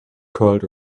curled